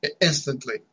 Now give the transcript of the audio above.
instantly